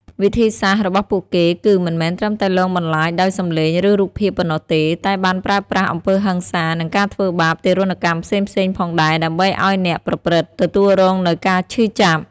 វិធីសាស្ត្ររបស់ពួកគេគឺមិនមែនត្រឹមតែលងបន្លាចដោយសំឡេង ឬរូបភាពប៉ុណ្ណោះទេ តែបានប្រើប្រាស់ អំពើហិង្សា និងការធ្វើបាប ទារុណកម្មផ្សេងៗផងដែរ ដើម្បីឲ្យអ្នកប្រព្រឹត្ត ទទួលរងនូវការឈឺចាប់។